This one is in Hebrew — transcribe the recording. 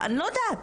אני לא יודעת.